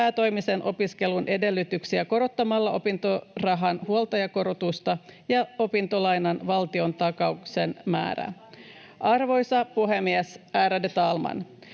päätoimisen opiskelun edellytyksiä korottamalla opintorahan huoltajakorotusta ja opintolainan valtiontakauksen määrää. Arvoisa puhemies, ärade talman!